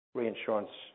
reinsurance